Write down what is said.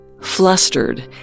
Flustered